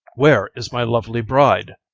where is my lovely bride?